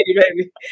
baby